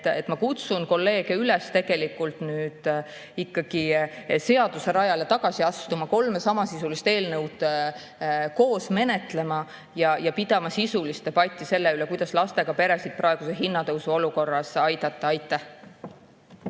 Ma kutsun kolleege üles nüüd ikkagi seaduse rajale tagasi astuma, kolme samasisulist eelnõu koos menetlema ja pidama sisulist debatti selle üle, kuidas lastega peresid praeguse hinnatõusu olukorras aidata. Aitäh!